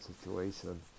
situation